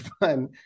fun